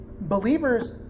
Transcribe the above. believers